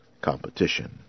competition